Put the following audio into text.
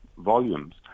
volumes